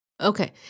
Okay